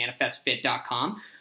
ManifestFit.com